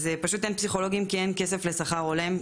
פשוט אין פסיכולוגים כי אין כסף לשכר הולם,